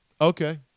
okay